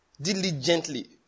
diligently